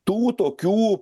tų tokių